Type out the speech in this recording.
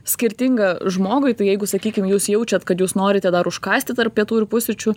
skirtinga žmogui tai jeigu sakykim jūs jaučiat kad jūs norite dar užkąsti tarp pietų ir pusryčių